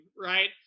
right